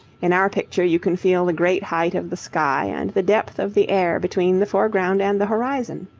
in our picture you can feel the great height of the sky and the depth of the air between the foreground and the horizon.